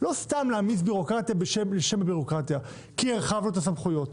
לא סתם להעמיס בירוקרטיה לשם הבירוקרטיה כי הרחבנו את הסמכויות.